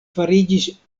fariĝis